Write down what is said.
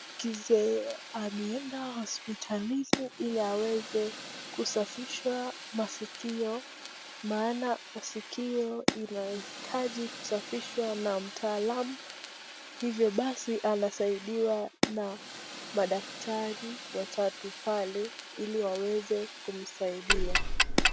Kizee alienda hospitalini ile aweze kusafishwa masikio maana masikio inahitaji kusafishwa na mtaalam hivyo basi anasaidiwa na madaktari watatu pale ili waweze kumsaidia.